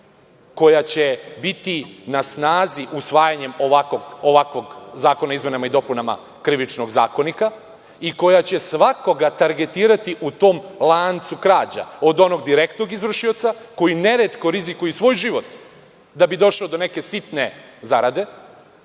koja će biti na snazi usvajanjem ovakvog Zakona o izmenama i dopunama Krivičnog zakonika i koja će svakoga targetirati u tom lancu krađa, od onog direktnog izvršioca koji neretko rizikuje i svoj život da bi došao do neke sitne zarade,